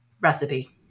recipe